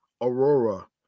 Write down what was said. aurora